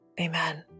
amen